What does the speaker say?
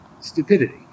stupidity